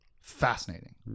fascinating